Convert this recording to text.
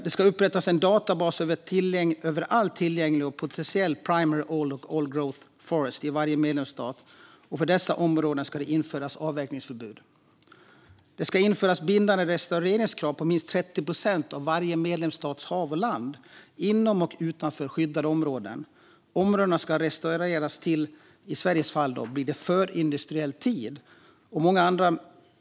Det ska upprättas en databas över all tillgänglig och potentiell primary och old-growth forest i varje medlemsstat, och för dessa områden ska det införas avverkningsförbud. Det ska införas bindande restaureringskrav på minst 30 procent av varje medlemsstats hav och land inom och utanför skyddade områden. Områdena ska restaureras till, i Sveriges fall, förindustriell tid.